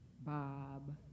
Bob